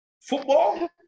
Football